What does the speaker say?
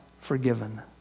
forgiven